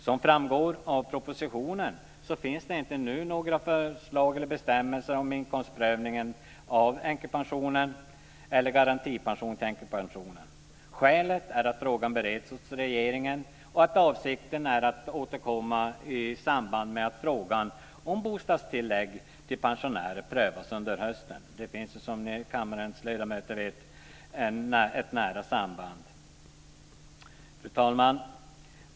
Som framgår av propositionen finns det inte nu några förslag eller bestämmelser om inkomstprövning av änkepension eller garantipension till änkepension. Skälet är att frågan bereds hos regeringen och att avsikten är att man ska återkomma i samband med att frågan om bostadstillägg till pensionärer prövas under hösten. Det finns som kammarens ledamöter vet ett nära samband mellan dessa frågor. Fru talman!